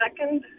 second